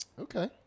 Okay